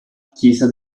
chiesa